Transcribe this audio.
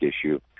issue